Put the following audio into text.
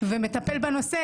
ומטפל בנושא,